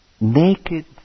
naked